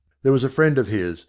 there was a friend of his,